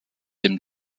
dem